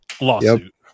Lawsuit